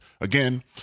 again